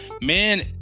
man